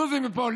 זוזי מפה.